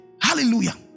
Hallelujah